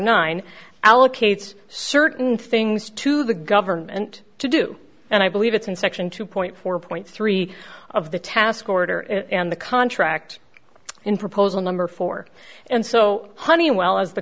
allocates certain things to the government to do and i believe it's in section two point four point three of the task order and the contract in proposal number four and so honeywell as the